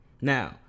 Now